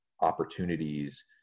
opportunities